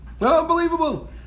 unbelievable